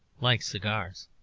like cigars.